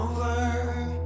over